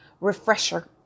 refresher